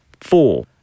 four